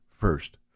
first